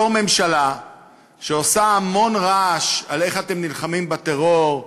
בתור ממשלה שעושה המון רעש על איך אתם נלחמים בטרור,